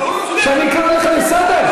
שאני אקרא אותך לסדר?